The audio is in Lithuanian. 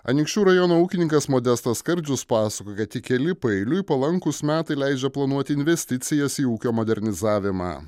anykščių rajono ūkininkas modestas skardžius pasakojo kad tik keli paeiliui palankūs metai leidžia planuoti investicijas į ūkio modernizavimą